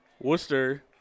Worcester